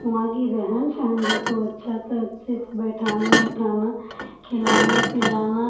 फिर वहाँ की रहन सहन भी तो अच्छा था अच्छे से बैठाना उठाना खिलाना पिलाना